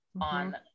on